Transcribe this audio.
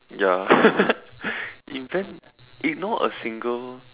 ya invent ignore a single